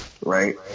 right